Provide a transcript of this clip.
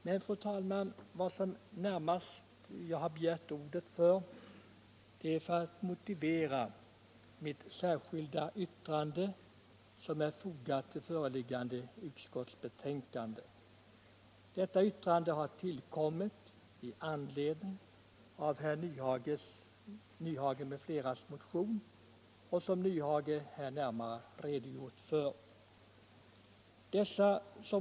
Men, fru talman, jag har närmast begärt ordet för att motivera mitt särskilda yttrande. Detta yttrande har tillkommit i anledning av herr Nyhages m.fl. motion som herr Nyhage här närmare har redogjort för.